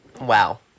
Wow